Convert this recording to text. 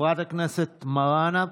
חברת הכנסת מראענה,